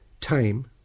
Time